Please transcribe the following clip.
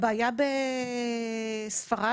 הבעיה בספרד,